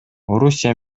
орусия